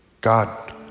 God